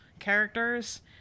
characters